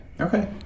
Okay